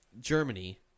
Germany